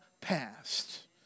past